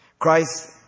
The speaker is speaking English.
Christ